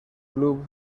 club